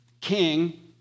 king